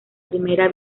primera